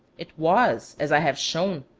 it was, as i have shown,